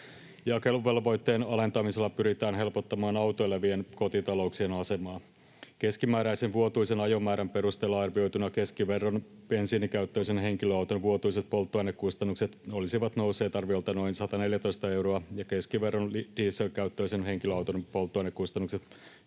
Jakeluvelvoitteen alentamisella pyritään helpottamaan autoilevien kotitalouksien asemaa. Keskimääräisen vuotuisen ajomäärän perusteella arvioituna keskiverron bensiinikäyttöisen henkilöauton vuotuiset polttoainekustannukset olisivat nousseet arviolta noin 114 euroa ja keskiverron dieselkäyttöisen henkilöauton polttoainekustannukset